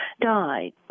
died